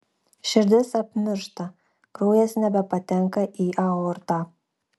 širdis apmiršta kraujas nebepatenka į aortą